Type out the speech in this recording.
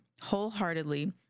wholeheartedly